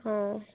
অঁ